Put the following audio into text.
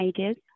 ages